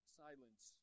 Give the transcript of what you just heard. silence